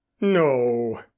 No